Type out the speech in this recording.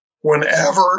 Whenever